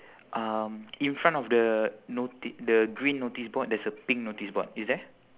um in front of the noti~ the green notice board there's a pink notice board is there